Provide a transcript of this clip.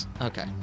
Okay